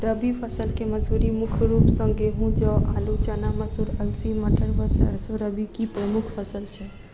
रबी फसल केँ मसूरी मुख्य रूप सँ गेंहूँ, जौ, आलु,, चना, मसूर, अलसी, मटर व सैरसो रबी की प्रमुख फसल छै